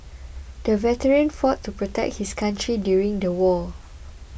the veteran fought to protect his country during the war